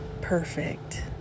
perfect